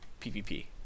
PvP